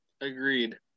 Agreed